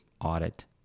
audit